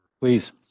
Please